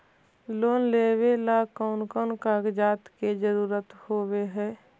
Loan लेबे ला कौन कौन कागजात के जरुरत होबे है?